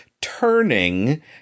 turning